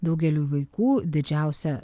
daugeliui vaikų didžiausią